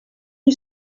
you